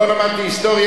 למדת היסטוריה?